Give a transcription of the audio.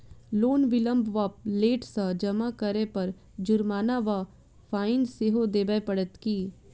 Loan विलंब वा late सँ जमा करै पर जुर्माना वा फाइन सेहो देबै पड़त की?